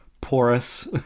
porous